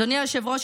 אדוני היושב-ראש,